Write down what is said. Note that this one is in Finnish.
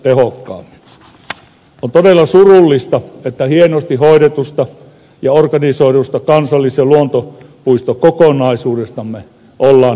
on todella surullista että hienosti hoidetusta ja organisoidusta kansallis ja luonnonpuistokokonaisuudestamme ollaan nipistämässä